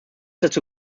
dazu